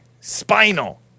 Spinal